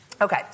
Okay